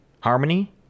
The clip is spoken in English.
Harmony